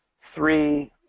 three